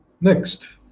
Next